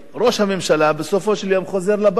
ראש הממשלה בסופו של יום חוזר לבית.